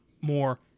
more